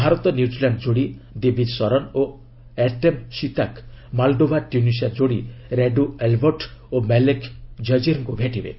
Bharat New Zealand ଯୋଡ଼ି ଦିବିଜ୍ ଶରଣ୍ ଓ Artem Sitak Moldova Tunisia ଯୋଡ଼ି ରାଡ଼ୁ ଆଲ୍ବର୍ଟ ଓ ମାଲେକ୍ ଜାଜିର୍ଙ୍କୁ ଭେଟିବେ